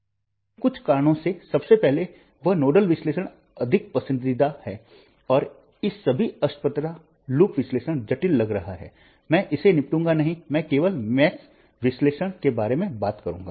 लेकिन कुछ कारणों से सबसे पहले वह नोडल विश्लेषण अधिक पसंदीदा है और इस सभी अस्पष्टता लूप विश्लेषण जटिल लग रहा है मैं इससे निपटूंगा नहीं मैं केवल मेष विश्लेषण के बारे में बात करूंगा